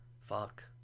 fuck